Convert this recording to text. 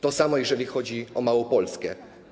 To samo, jeżeli chodzi o Małopolskę.